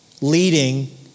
leading